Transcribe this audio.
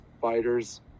fighters